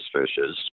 fishes